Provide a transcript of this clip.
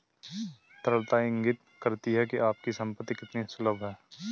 तरलता इंगित करती है कि आपकी संपत्ति कितनी सुलभ है